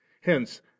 Hence